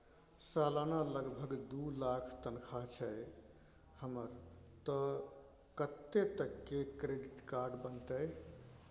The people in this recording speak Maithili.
सलाना लगभग दू लाख तनख्वाह छै हमर त कत्ते तक के क्रेडिट कार्ड बनतै?